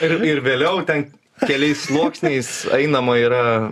ir ir vėliau ten keliais sluoksniais einama yra